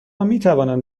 میتوانند